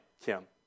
Kim